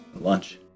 lunch